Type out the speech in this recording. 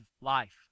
life